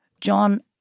John